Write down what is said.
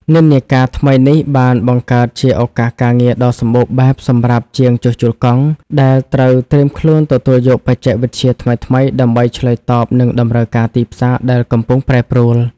និន្នាការថ្មីនេះបានបង្កើតជាឱកាសការងារដ៏សម្បូរបែបសម្រាប់ជាងជួសជុលកង់ ដែលត្រូវត្រៀមខ្លួនទទួលយកបច្ចេកវិទ្យាថ្មីៗដើម្បីឆ្លើយតបនឹងតម្រូវការទីផ្សារដែលកំពុងប្រែប្រួល។